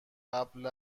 قبل